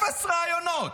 אפס ראיונות.